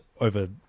over